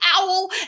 owl